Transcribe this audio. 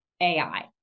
AI